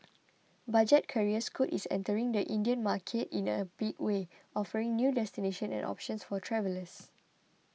budget carrier Scoot is entering the Indian market in a big way offering new destinations and options for travellers